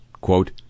quote